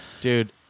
dude